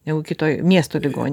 negu kitoj miesto ligon